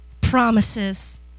promises